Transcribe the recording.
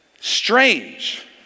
strange